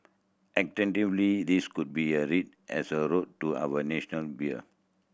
alternatively this could be a read as a nod to our national beer